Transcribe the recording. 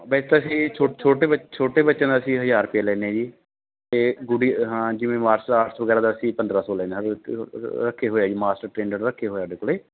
ਵੈਸੇ ਤਾਂ ਅਸੀਂ ਛੋਟੇ ਬੱ ਛੋਟੇ ਛੋਟੇ ਬੱਚਿਆਂ ਦਾ ਅਸੀਂ ਹਜ਼ਾਰ ਰੁਪਈਆ ਲੈਂਦੇ ਹਾਂ ਜੀ ਅਤੇ ਗੁਡੀ ਹਾਂ ਜਿਵੇਂ ਮਾਰਸਲ ਆਰਟਸ ਵਗੈਰਾ ਦਾ ਅਸੀਂ ਪੰਦਰਾਂ ਸੌ ਲੈਂਦੇ ਰੱਖੇ ਹੋਏ ਹੈ ਜੀ ਮਾਸਟਰ ਟ੍ਰੇਨਰ ਰੱਖੇ ਹੋਏ ਸਾਡੇ ਕੋਲੇ